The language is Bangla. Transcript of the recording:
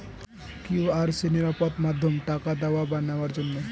কিউ.আর কি নিরাপদ মাধ্যম টাকা দেওয়া বা নেওয়ার জন্য?